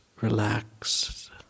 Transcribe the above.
relaxed